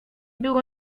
było